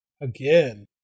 Again